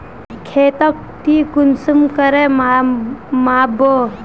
खेतोक ती कुंसम करे माप बो?